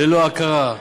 ללא הכרה,